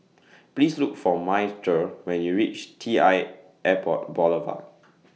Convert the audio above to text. Please Look For Myrtle when YOU REACH T L Airport Boulevard